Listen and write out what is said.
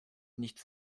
nichts